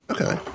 Okay